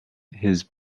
his